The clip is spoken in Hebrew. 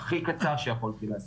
הכי קצר שיכולתי לעשות.